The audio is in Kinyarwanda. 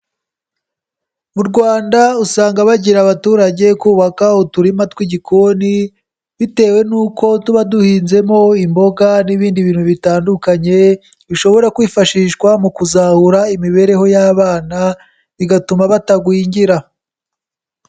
Mu Rwanda usanga bagira abaturage kubaka uturima tw'igikoni, bitewe n'uko tuba duhinzemo imboga n'ibindi bintu bitandukanye, bishobora kwifashishwa mu kuzahura imibereho y'abana, bigatuma batagwingira.